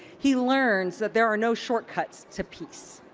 he learns that there are no shortcuts to peace.